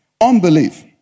Unbelief